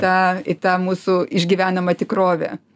tą į tą mūsų išgyvenamą tikrovę